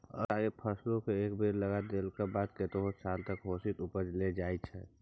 स्थायी फसलकेँ एक बेर लगा देलाक बाद कतेको साल तक ओहिसँ उपजा लेल जाइ छै